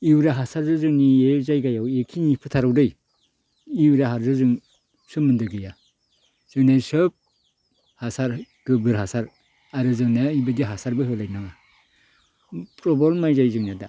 urea हासार जोंनि जायगायाव इखिनि फोथाराव दे इउरियाहाजों जों सोमोन्दो गैया जोंनि सोब हासार गोबोर हासार आरो जोंनिया बिदि हासारबो होलायनाङा फ्रबल माइ जायो जोंनिया दा